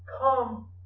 Come